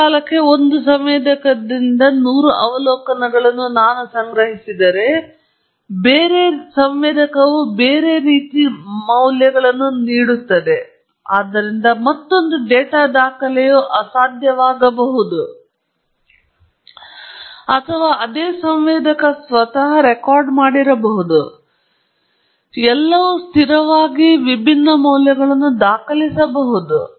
ಕಾಲಕಾಲಕ್ಕೆ ಒಂದು ಸಂವೇದಕದಿಂದ ನೂರು ಅವಲೋಕನಗಳನ್ನು ನಾನು ಸಂಗ್ರಹಿಸಿದರೆ ಬೇರೆ ಸಂವೇದಕವು ಬೇರೆ ರೀತಿಯಾಗಿ ನೋಡುತ್ತದೆ ಆದ್ದರಿಂದ ಮತ್ತೊಂದು ಡೇಟಾ ದಾಖಲೆಯು ಅಸಾಧ್ಯವಾಗಬಹುದು ಅಥವಾ ಅದೇ ಸಂವೇದಕ ಸ್ವತಃ ರೆಕಾರ್ಡ್ ಮಾಡಿರಬಹುದು ಎಲ್ಲವೂ ಸ್ಥಿರವಾಗಿ ವಿಭಿನ್ನ ಮೌಲ್ಯಗಳನ್ನು ದಾಖಲಿಸಬಹುದು